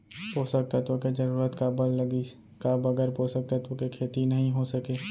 पोसक तत्व के जरूरत काबर लगिस, का बगैर पोसक तत्व के खेती नही हो सके?